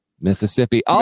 Mississippi